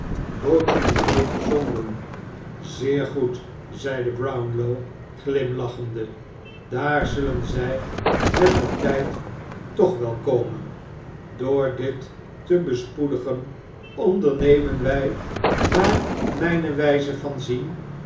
gezonden zeer goed zeide brownlow glimlachende daar zullen zij mettertijd toch wel komen door dit te bespoedigen ondernemen wij naar mijne wijze van zien